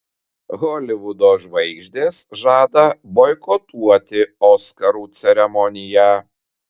holivudo žvaigždės žada boikotuoti oskarų ceremoniją